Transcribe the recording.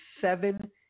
seven